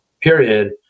period